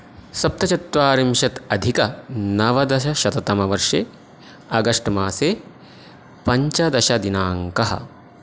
सप्तचत्वारिंशत् अधिक नवदशशततमवर्षे आगस्ट् मासे पञ्चदशदिनाङ्कः